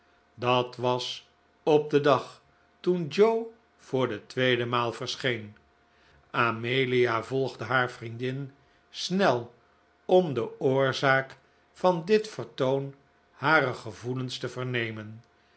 dat was op den dag toen joe voor de tweede maal verscheen amelia volgde haar vriendin snel om de oorzaak van dit vertoon harer gevoelens te vernemen